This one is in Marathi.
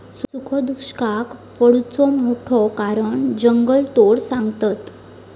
सुखो दुष्काक पडुचा मोठा कारण जंगलतोड सांगतत